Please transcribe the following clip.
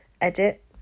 edit